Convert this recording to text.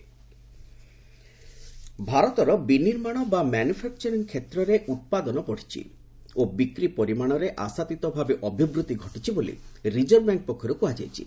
RBI growth ଭାରତର ବିନିର୍ମାଣ ବା ମୁନାଫାକ୍ଚରି କ୍ଷେତ୍ରରେ ଉତ୍ପାଦନ ବିଚ୍ଛି ଓ ବିକ୍ରି ପରିମାଣ ଆଶାତୀତ ଭାବେ ଅଭିବୃଦ୍ଧି ଘଟିଚି ବୋଲି ରିଜର୍ଭ ବ୍ୟାଙ୍କ ପକ୍ଷରୁ କୁହାଯାଇଛି